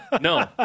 No